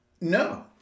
no